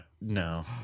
No